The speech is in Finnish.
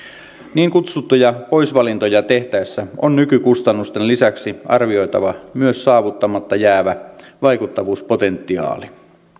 niin kutsuttuja poisvalintoja tehtäessä on nykykustannusten lisäksi arvioitava myös saavuttamatta jäävä vaikuttavuuspotentiaali